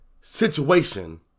situation